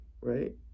right